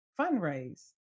fundraise